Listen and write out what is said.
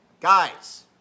Guys